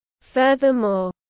Furthermore